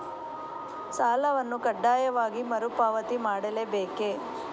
ಸಾಲವನ್ನು ಕಡ್ಡಾಯವಾಗಿ ಮರುಪಾವತಿ ಮಾಡಲೇ ಬೇಕೇ?